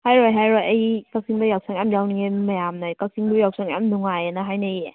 ꯍꯥꯏꯔꯣꯏ ꯍꯥꯏꯔꯣꯏ ꯑꯩ ꯀꯥꯛꯆꯤꯡꯗ ꯌꯥꯎꯁꯪ ꯌꯥꯝ ꯌꯥꯎꯅꯤꯡꯉꯦ ꯃꯌꯥꯝꯅ ꯀꯥꯛꯆꯤꯡꯗꯣ ꯌꯥꯎꯁꯪ ꯌꯥꯝ ꯅꯨꯡꯉꯥꯏꯌꯦꯅ ꯍꯥꯏꯅꯩꯌꯦ